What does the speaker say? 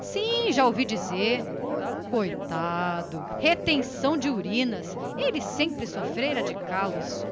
sim já ouvi dizer coitado retenção de urina ele sempre sofreu de estreitamento